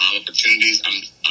opportunities